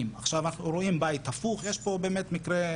אנחנו למדנו את זה ביחד לאורך שנים של מאבק בתופעה,